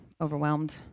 overwhelmed